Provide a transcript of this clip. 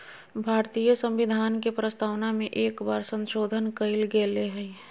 भारतीय संविधान के प्रस्तावना में एक बार संशोधन कइल गेले हइ